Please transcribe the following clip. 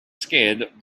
scared